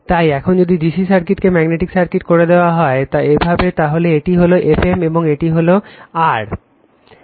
তাই এখন যদি DC সার্কিটটিকে ম্যাগনেটিক সার্কিট করে দেওয়া হয় এভাবে তাহলে এটি হল Fm এবং এটি হলো এটি হলো R